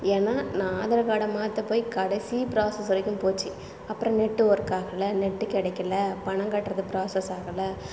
ஏன்னால் நான் ஆதார் கார்டை மாற்ற போய் கடைசி ப்ராசஸ் வரைக்கும் போச்சு அப்புறம் நெட் ஒர்க் ஆகலை நெட்டு கிடைக்கலை பணம் கட்டுறது ப்ராசஸ் ஆகலை